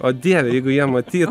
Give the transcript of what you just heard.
o dieve jeigu jie matytų